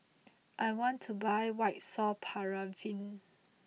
I want to buy White Soft Paraffin